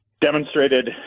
demonstrated –